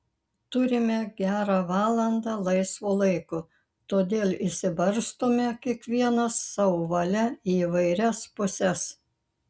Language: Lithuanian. turime gerą valandą laisvo laiko todėl išsibarstome kiekvienas savo valia į įvairias puses